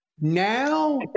Now